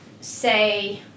say